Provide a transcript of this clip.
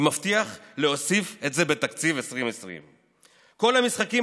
ומבטיח להוסיף את זה בתקציב 2020. כל המשחקים